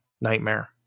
nightmare